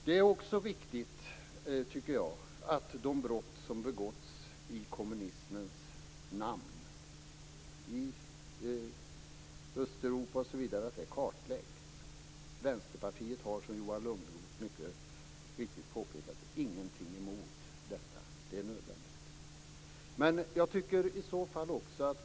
Det är också viktigt att de brott som begåtts i kommunismens namn i Östeuropa osv. kartläggs. Vänsterpartiet har - som Johan Lönnroth mycket riktigt påpekat - ingenting emot detta. Det är nödvändigt.